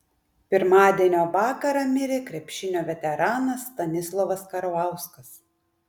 pirmadienio vakarą mirė krepšinio veteranas stanislovas karvauskas